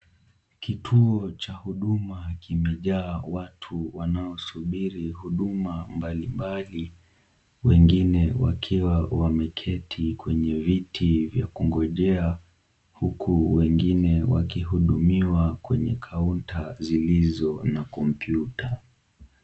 Kituo cha huduma kimejaa watu wanaosubiri huduma mbali mbali wengine wakiwa wameketi kwenye viti vya kungonjea huku wengine wakihudumiwa kwenye kaunta zilizo na kompyuta.